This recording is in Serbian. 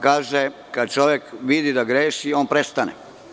Kaže se – kada čovek vidi da greši on prestane.